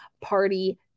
party